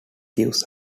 gives